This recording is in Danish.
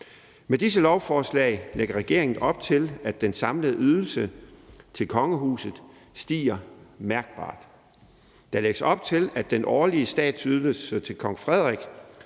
Med disse lovforslag lægger regeringen op til, at den samlede ydelse til kongehuset stiger mærkbart. Der lægges op til, at den årlige statsydelse til kong Frederik